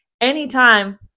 Anytime